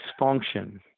dysfunction